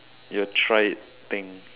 your try it thing